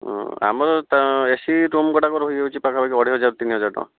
ହଁ ଆମର ତ ଏସି ରୁମ୍ ଗୁଡ଼ାକ ରହିଯାଉଛି ପାଖାପାଖି ଅଢ଼େଇ ହଜାର ତିନିହଜାର ଟଙ୍କା